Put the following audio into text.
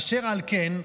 אשר על כן,